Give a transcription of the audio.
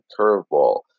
curveball